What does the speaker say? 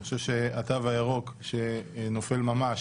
אני חושב שהתו הירוק שנופל ממש